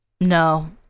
No